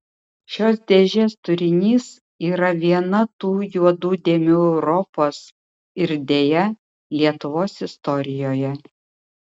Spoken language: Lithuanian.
šios dėžės turinys yra viena tų juodų dėmių europos ir deja lietuvos istorijoje